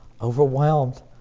overwhelmed